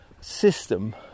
system